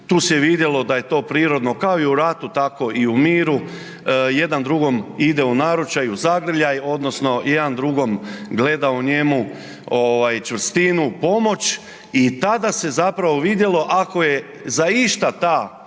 tu se vidjelo da je to prirodno, kao i u ratu tako i u miru, jedan drugom ide u naručaj, u zagrljaj odnosno jedan drugom gleda u njemu ovaj čvrstinu, pomoć i tada se zapravo vidjelo ako je za išta ta